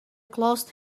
closed